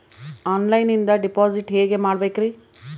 ಆನ್ಲೈನಿಂದ ಡಿಪಾಸಿಟ್ ಹೇಗೆ ಮಾಡಬೇಕ್ರಿ?